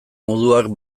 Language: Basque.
moduak